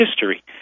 history